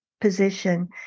position